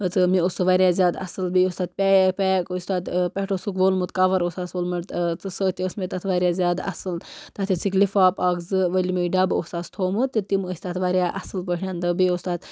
تہٕ مےٚ اوس سُہ واریاہ زیادٕ اصٕل بیٚیہِ اوس تَتھ پے پیک اوس تَتھ پٮ۪ٹھٕ اوسُکھ ووٚلمُت کَوَر اوس ہَس ووٚلمُت ژٕ سۭتۍ ٲس مےٚ تَتھ واریاہ زیادٕ اصٕل تَتھ ٲسِکھ لِفاف اَکھ زٕ ؤلۍمٕتۍ ڈَبہٕ اوس ہَس تھوٚمُت تہِ تِم ٲسۍ تَتھ واریاہ اصٕل پٲٹھۍ تہٕ بیٚیہِ اوس تَتھ